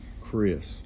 Chris